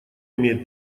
имеет